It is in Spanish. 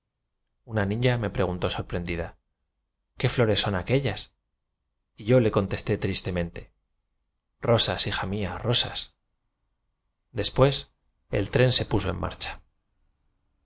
una ni ña me preguntó sorprendida qué flores son aquellas y yo le contesté triste mente rosas hija mía rosas des pués el tren se puso en marcha